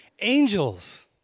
Angels